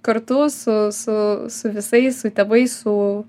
kartu su su su visais su tėvais su